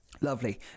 Lovely